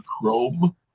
chrome